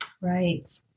Right